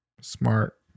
smart